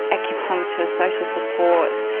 acupuncture, social support,